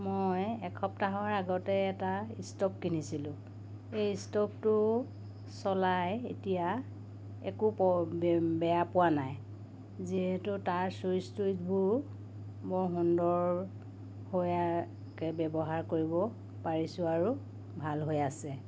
মই এসপ্তাহৰ আগতে এটা ষ্ট'ভ কিনিছিলোঁ এই ষ্ট'ভটো চলাই এতিয়া একো বেয়া পোৱা নাই যিহেতু তাৰ চুইচ টুইচবোৰ বৰ সুন্দৰ হৈ ব্যৱহাৰ কৰিব পাৰিছোঁ আৰু ভাল হৈ আছে